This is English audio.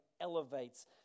elevates